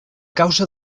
causa